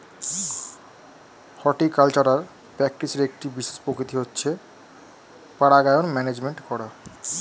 horticultural প্র্যাকটিসের একটি বিশেষ প্রকৃতি হচ্ছে পরাগায়ন ম্যানেজমেন্ট করা